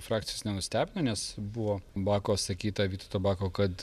frakcijos nenustebino nes buvo bako sakyta vytauto bako kad